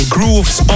Grooves